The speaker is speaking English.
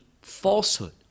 falsehood